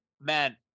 man